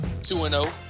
2-0